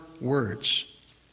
words